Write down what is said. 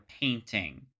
painting